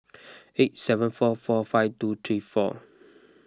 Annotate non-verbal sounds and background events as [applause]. [noise] eight seven four four five two three four